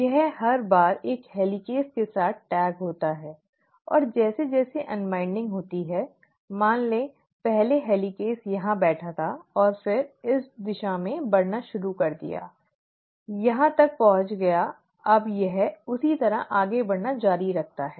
यह हर बार एक हेलिकेज़ के साथ टैग होता है और जैसे जैसे अन्वाइन्डिंग होती है मान ले पहले हेलिकेज़ यहां बैठा था और फिर इस दिशा में बढ़ना शुरू कर दिया यहां तक पहुंच गया अब यह उसी तरह आगे बढ़ना जारी रखा है